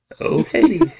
Okay